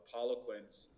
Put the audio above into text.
Poliquin's